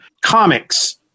comics